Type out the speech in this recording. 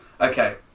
Okay